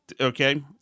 Okay